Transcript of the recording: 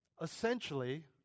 Essentially